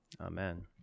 amen